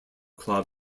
club